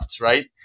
right